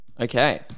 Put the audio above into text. Okay